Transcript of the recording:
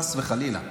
חס וחלילה.